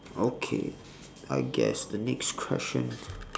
okay I guess the next question